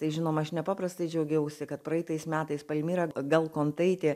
tai žinoma aš nepaprastai džiaugiausi kad praeitais metais palmira galkontaitė